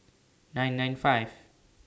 nine nine five